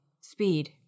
speed